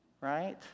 Right